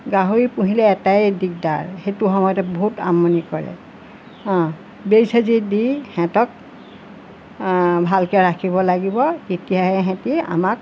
গাহৰি পুহিলে এটাই দিগদাৰ সেইটো সময়তে বহুত আমনি কৰে হা বেজী চেজি দি সিহঁতক ভালকৈ ৰাখিব লাগিব তেতিয়াহে সিহঁতে আমাক